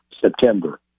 September